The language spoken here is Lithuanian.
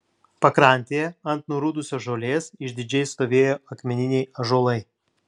pakrantėje ant nurudusios žolės išdidžiai stovėjo akmeniniai ąžuolai